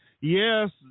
Yes